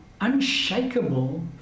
unshakable